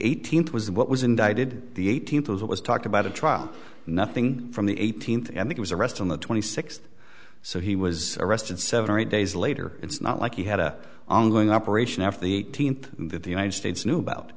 eighteenth was what was indicted the eighteenth was talked about a trial nothing from the eighteenth and it was a rest on the twenty sixth so he was arrested seven or eight days later it's not like he had a ongoing operation after the eighteenth that the united states knew about